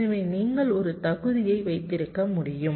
எனவே நீங்கள் ஒரு தகுதியை வைத்திருக்க முடியும்